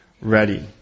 ready